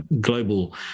global